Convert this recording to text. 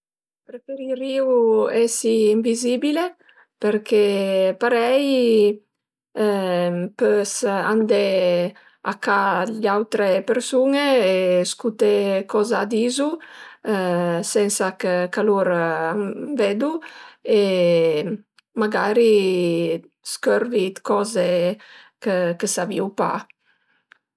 Preferirìu esi invizibile përché parei pös andé a ca d'gl'autre persun-e e scuté coza a dizu sensa chë lur a më vedu e magari scörvi 'd coze chë savìu pa